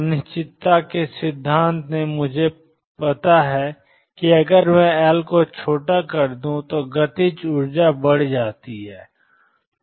अनिश्चितता के सिद्धांत से मुझे पता है कि अगर मैं एल को छोटा कर दूं तो गतिज ऊर्जा बढ़ जाती है